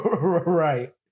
Right